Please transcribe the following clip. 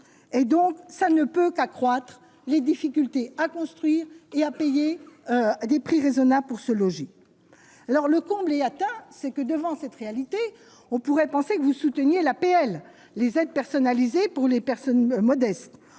et donc ça ne peut qu'accroître les difficultés à construire et à payer des prix raisonnables pour se loger, alors le comble est atteint, c'est que devant cette réalité, on pourrait penser que vous souteniez l'APL les aides personnalisées pour les personnes modestes